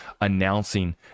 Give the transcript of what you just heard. announcing